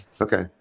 okay